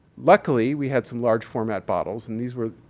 luckily, we had some large format bottles and these were,